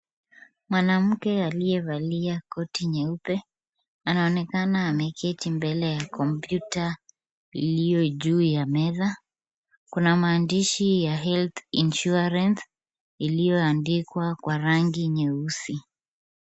Mwanamke aliyevalia koti nyeupe anaonekana ameketi mbele ya kompyuta ilio juu ya meza. Kuna maandishi ya Health Insurance ilioandikwa kwa rangi nyeusi.